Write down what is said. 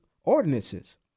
ordinances